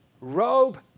robe